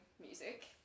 music